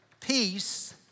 peace